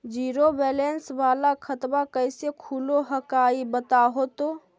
Zero balance वाला खतवा कैसे खुलो हकाई बताहो तो?